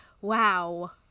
Wow